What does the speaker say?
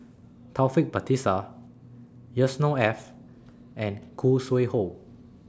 Taufik Batisah Yusnor Ef and Khoo Sui Hoe